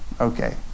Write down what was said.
Okay